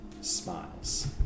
smiles